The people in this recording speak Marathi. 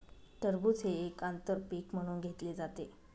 टरबूज हे एक आंतर पीक म्हणून घेतले जाते